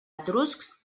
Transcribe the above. etruscs